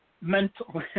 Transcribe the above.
mental